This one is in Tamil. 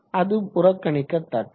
அது புறக்கணிக்கதக்கது